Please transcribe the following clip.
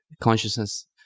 consciousness